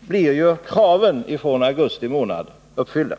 blir kraven från augusti månad uppfyllda.